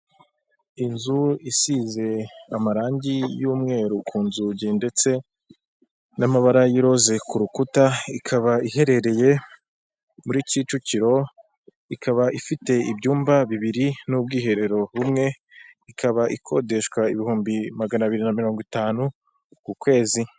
Inzu isize amarangi y'umweru ku nzugi ndetse n'amabara y' iroze ku rukuta, ikaba iherereye muri kicukiro ikaba ifite ibyumba bibiri n'ubwiherero bumwe, ikaba ikodeshwa ibihumbi maganabiri na mirongo itanu ku kwezi.